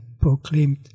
proclaimed